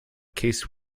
case